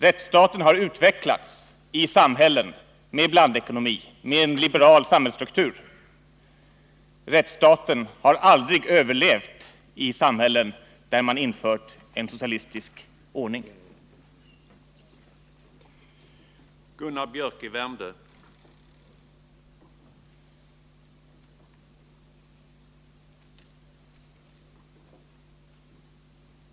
Rättsstaten har utvecklats i samhällen med blandekonomi, med en liberal samhällsstruktur. Men den har aldrig överlevt i samhällen där man infört en socialistisk ordning.